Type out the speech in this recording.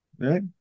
right